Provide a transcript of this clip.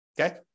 Okay